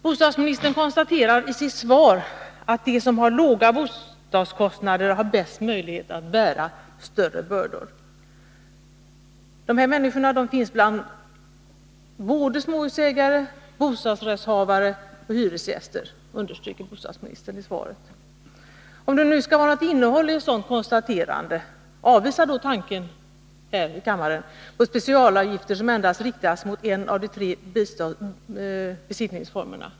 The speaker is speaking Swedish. Bostadsministern konstaterar i svaret att de som har låga bostadskostnader har de bästa möjligheterna att bära större bördor. Dessa människor finns både bland småhusägare och bland bostadsrättshavare och hyresgäster, understryker bostadsministern. Men om det skall finnas någon grund för det konstaterandet, avvisa då tanken på specialavgifter som riktar sig mot endast en av dessa tre besittningsformer!